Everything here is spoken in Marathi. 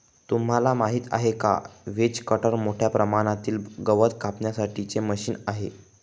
तुम्हाला माहिती आहे का? व्हेज कटर मोठ्या प्रमाणातील गवत कापण्यासाठी चे मशीन आहे